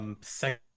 second